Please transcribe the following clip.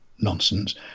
nonsense